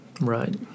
Right